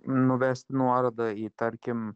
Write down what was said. nuvest nuorodą į tarkim